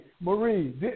Marie